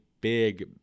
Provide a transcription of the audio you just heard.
big